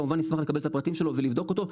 כמובן נשמח לקבל את הפרטים שלו ולבדוק אותו.